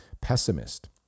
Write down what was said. pessimist